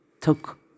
took